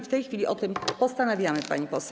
W tej chwili o tym postanawiamy, pani poseł.